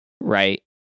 right